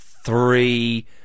Three